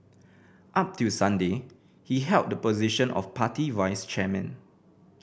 up till Sunday he held the position of party vice chairman